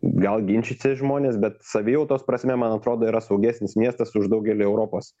gal ginčysis žmonės bet savijautos prasme man atrodo yra saugesnis miestas už daugelį europos